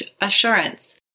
assurance